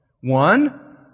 One